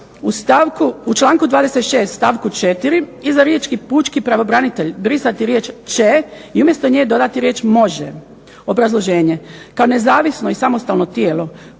u članku 26. stavku 4. iza riječi „pučki pravobranitelj“ brisati riječ „će“ i umjesto nje dodati riječ „može“. Obrazloženje. Kao nezavisno i samostalno tijelo